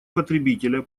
потребителя